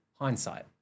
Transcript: hindsight